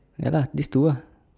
ya lah these two ah